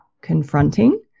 confronting